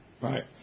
Right